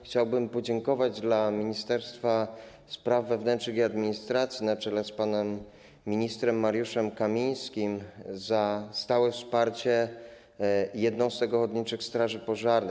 Chciałbym podziękować Ministerstwu Spraw Wewnętrznych i Administracji, na czele z panem ministrem Mariuszem Kamińskim, za stałe wsparcie jednostek ochotniczych straży pożarnych.